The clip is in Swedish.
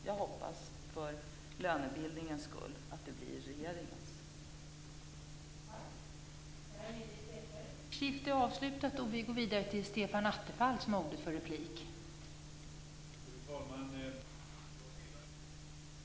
Jag hoppas för lönebildningens skull att det blir regeringens bedömning.